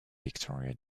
victoria